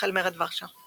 החל מרד ורשה.